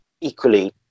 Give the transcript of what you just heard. equally